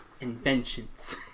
Inventions